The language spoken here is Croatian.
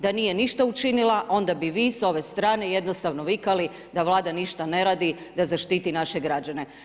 Da nije ništa učinila, onda bi vi s ove strane jednostavno vikali da Vlada ništa ne radi da zaštiti naše građane.